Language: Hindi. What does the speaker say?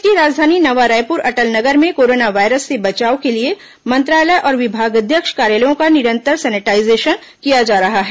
प्रदेश की राजधानी नवा रायपुर अटल नगर में कोरोना वायरस से बचाव के लिए मंत्रालय और विभागाध्यक्ष कार्यालयों का निरंतर सेनेटाईजेशन किया जा रहा है